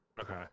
Okay